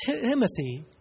Timothy